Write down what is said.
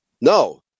No